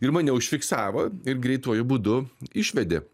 ir mane užfiksavo ir greituoju būdu išvedė